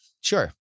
Sure